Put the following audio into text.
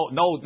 no